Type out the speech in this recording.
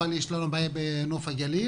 אבל יש לנו בנוף הגליל,